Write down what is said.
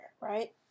right